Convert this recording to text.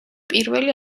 პირველი